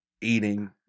eating